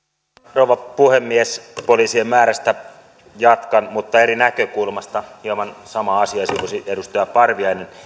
rouva puhemies poliisien määrästä jatkan mutta eri näkökulmasta hieman samaa asiaa sivusi edustaja parviainen